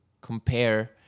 compare